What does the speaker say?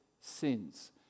sins